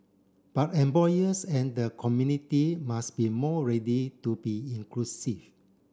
but employers and the community must be more ready to be inclusive